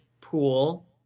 pool